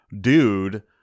dude